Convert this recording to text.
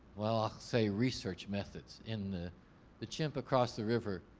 well, i'll say research methods. in the the chimp across the river,